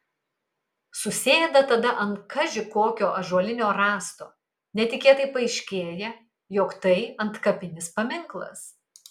susėda tada ant kaži kokio ąžuolinio rąsto netikėtai paaiškėja jog tai antkapinis paminklas